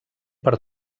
per